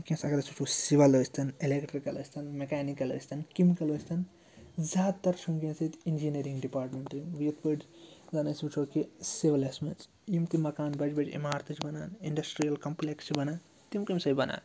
وٕنۍکٮ۪نَس اگر أسۍ وٕچھو سِوَل ٲسۍتن اٮ۪لٮ۪کٹِرٛکَل أسۍتن مٮ۪کینِکَل ٲسۍتن کیٚمِکَل ٲسۍتن زیادٕ تَر چھِ وٕنۍکٮ۪نَس ییٚتہِ اِنجِنیرِنٛگ ڈِپاٹمٮ۪نٛٹ یِتھ پٲٹھی زَن أسۍ وٕچھو کہِ سِولَس منٛز یِم تہِ مکان بَجہِ بَجہِ عِمارتہٕ چھِ بَنان اِنٛڈَسٹِرٛییَل کَمپٕلٮ۪کٕس چھِ بَنان تِم کَمہِ سۭتۍ بَنان